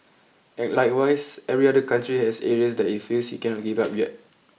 and likewise every other country has areas that it feels it cannot give up yet